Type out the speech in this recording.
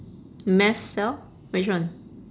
mass cell which one